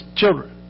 children